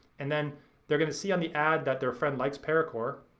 and then they're gonna see on the ad that their friend likes paracore,